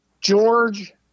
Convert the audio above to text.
George